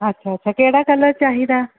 ਅੱਛਾ ਅੱਛਾ ਕਿਹੜਾ ਕਲਰ ਚਾਹੀਦਾ